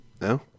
No